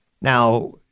Now